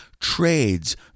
trades